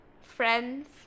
friends